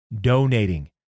donating